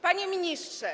Panie Ministrze!